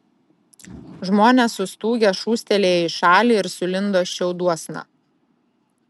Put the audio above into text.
žmonės sustūgę šūstelėjo į šalį ir sulindo šiauduosna